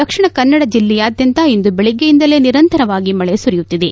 ದಕ್ಷಿಣ ಕನ್ನಡ ಜಿಲ್ಲೆಯಾದ್ಯಂತ ಇಂದು ಬೆಳಗ್ಗೆಯಿಂದಲೇ ನಿರಂತರವಾಗಿ ಮಳೆ ಸುರಿಯುತ್ತಿದೆ